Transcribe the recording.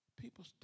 People